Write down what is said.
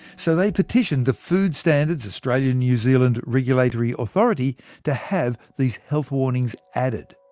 so they petitioned the food standards australia new zealand regulatory authority to have these health warnings added.